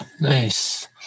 Nice